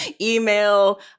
email